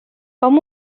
com